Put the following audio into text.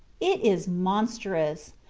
it is monstrous.